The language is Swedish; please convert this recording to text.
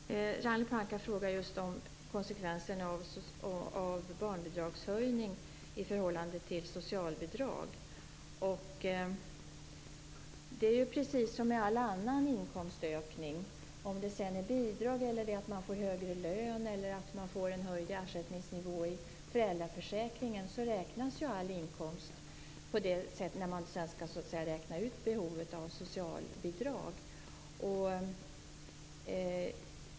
Herr talman! Ragnhild Pohanka frågar om konsekvenserna av barnbidragshöjning i förhållande till socialbidrag. Det är precis som med all annan inkomstökning, oavsett om det är bidrag, om man får högre lön eller om man får en höjd ersättningsnivå i föräldraförsäkringen. All inkomst räknas när behovet av socialbidrag skall räknas ut.